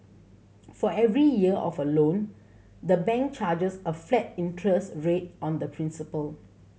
for every year of a loan the bank charges a flat interest rate on the principal